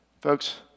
folks